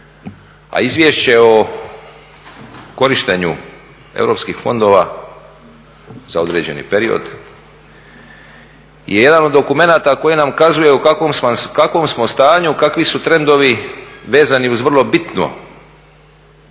A izvješće o korištenju europskih fondova za određeni period je jedan od dokumenata koji nam kazuje u kakvom smo stanju, kakvi su trendovi vezani uz vrlo bitno